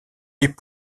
les